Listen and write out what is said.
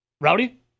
Rowdy